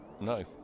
No